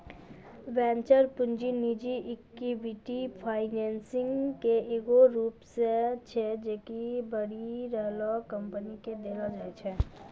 venture पूंजी निजी equity financing के एगो रूप छै जे कि बढ़ि रहलो कंपनी के देलो जाय छै